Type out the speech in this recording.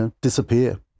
disappear